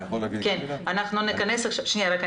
הרווחה והבריאות,